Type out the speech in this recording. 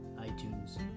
iTunes